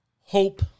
hope